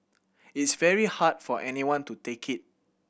it's very hard for anyone to take it